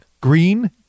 Green